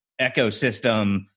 ecosystem